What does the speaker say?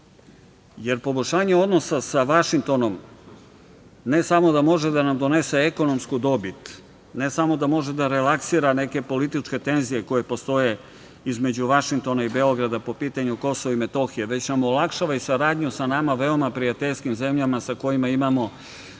jer poboljšanje odnosa sa Vašingtonom ne samo da može da nam donese ekonomsku dobit, ne samo da može da relaksira neke političke tenzije koje postoje između Vašingtona i Beograda po pitanju KiM, već na olakšava i saradnju sa nama veoma prijateljskim zemljama sa kojima imamo